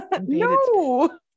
no